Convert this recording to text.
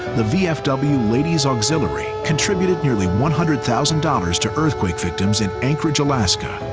the vfw ladies auxiliary contributed nearly one hundred thousand dollars to earthquake victims in anchorage, alaska,